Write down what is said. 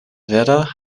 vera